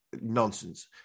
Nonsense